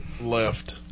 left